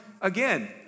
again